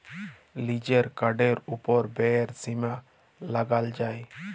লিজের কার্ডের ওপর ব্যয়ের সীমা লাগাল যায়